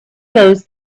those